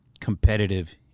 competitive